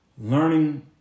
learning